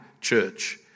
church